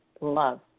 love